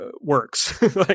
works